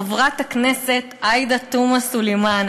חברת הכנסת עאידה תומא סלימאן.